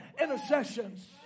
intercessions